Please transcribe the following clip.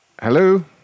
hello